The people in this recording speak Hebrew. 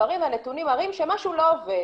המספרים והנתונים מראים שמשהו לא עובד